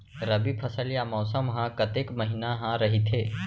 रबि फसल या मौसम हा कतेक महिना हा रहिथे?